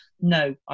no